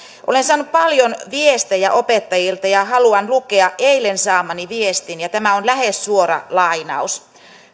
olen saanut paljon viestejä opettajilta ja haluan lukea eilen saamani viestin tämä on lähes suora lainaus